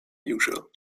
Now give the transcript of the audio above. usual